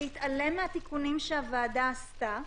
להתעלם מהתיקונים שהוועדה עשתה